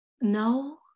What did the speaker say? No